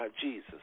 Jesus